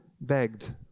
begged